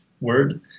word